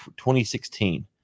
2016